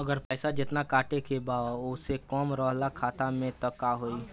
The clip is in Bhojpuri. अगर पैसा जेतना कटे के बा ओसे कम रहल खाता मे त का होई?